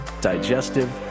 digestive